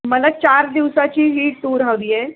मला चार दिवसाची ही टूर हवी आहे